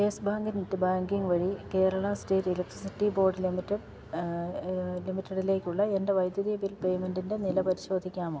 yes Bank net banking വഴി Kerala State Electricity Board ലിമിറ്റഡിലേക്കുള്ള എൻ്റെ വൈദ്യുതി ബിൽ പേയ്മെൻ്റിൻ്റെ നില പരിശോധിക്കാമോ